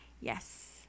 Yes